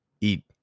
eat